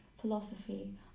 philosophy